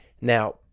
Now